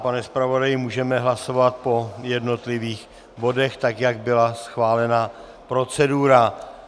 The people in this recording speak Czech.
Pane zpravodaji, můžeme hlasovat po jednotlivých bodech, tak jak byla schválena procedura.